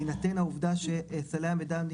השר, בהתייעצות עם הרשות ומאסדר מקור המידע,